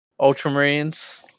Ultramarines